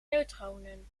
neutronen